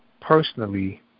personally